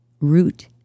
root